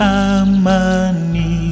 amani